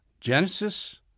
Genesis